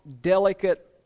delicate